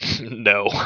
No